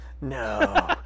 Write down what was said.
No